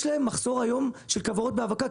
יש להם מחסור היום של כוורות בהאבקה,